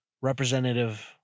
representative